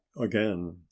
again